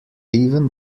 even